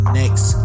next